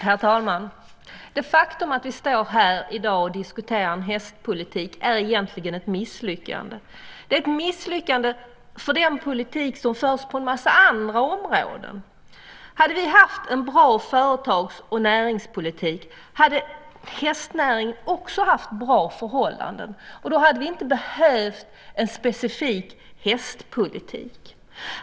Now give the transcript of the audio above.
Herr talman! Det faktum att vi står här i dag och diskuterar en hästpolitik är egentligen ett misslyckande. Det är ett misslyckande beroende på den politik som förs på en massa andra områden. Hade vi haft en bra företags och näringspolitik, hade hästnäringen också haft bra förhållanden. Då hade vi inte behövt en specifik hästpolitik.